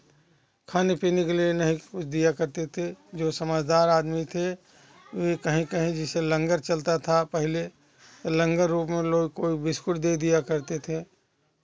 खाने पीने के लिए नहीं कुछ दिया करते थे जो समझदार आदमी थे वह कहीं कहीं जैसे लंगर चलता था पहले तो लंगर में कोई बिस्कुट दे दिया करते थे